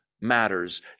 matters